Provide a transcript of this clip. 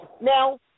Now